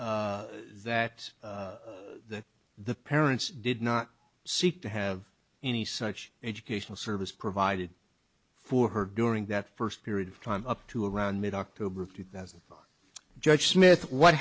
that the parents did not seek to have any such educational service provided for her during that first period of time up to around mid october of two thousand judge smith what